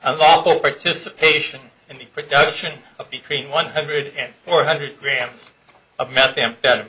i've all participation in the production of between one hundred and four hundred grams of methamphetamine